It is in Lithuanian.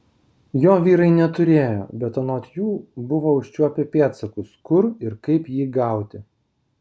jo vyrai neturėjo bet anot jų buvo užčiuopę pėdsakus kur ir kaip jį gauti